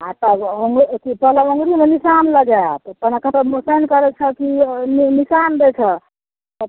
आओर तब औङ्ग कि तब अँगुरीमे निशान लगाओत तहन कहतौ साइन करय छह कि नि निशान दै छऽ तब